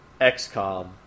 XCOM